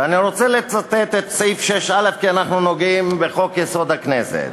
ואני רוצה לצטט את סעיף 6(א) כי אנחנו נוגעים בחוק-יסוד: הכנסת,